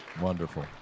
Wonderful